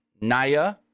Naya